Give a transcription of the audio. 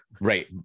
right